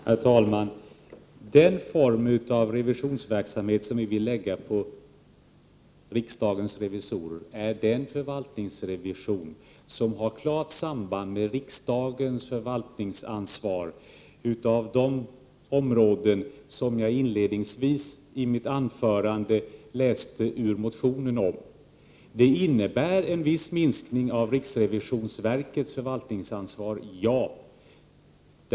Herr talman! Den form av revisionsverksamhet som vi vill lägga på riksdagens revisorer är den förvaltningsrevision som har klart samband med riksdagens förvaltningsansvar för de områden som jag inledningsvis i mitt anförande läste om ur motionen. Ja, det innebär en viss minskning av riksrevisionsverkets förvaltningsansvar.